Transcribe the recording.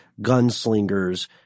gunslingers